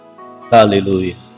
Hallelujah